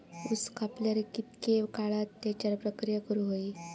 ऊस कापल्यार कितके काळात त्याच्यार प्रक्रिया करू होई?